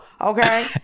okay